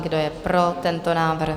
Kdo je pro tento návrh?